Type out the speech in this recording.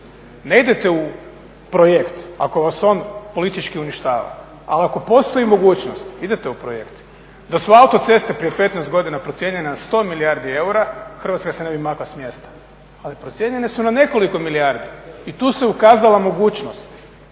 Ne idete u projekt ako vas on politički uništava, ali ako postoji mogućnost, idete u projekt. Da su autoceste prije 15 godina procijenjene na 100 milijardi eura, Hrvatska se ne bi makla s mjesta, ali procijenjene su na nekoliko milijardi i tu se ukazala mogućnost.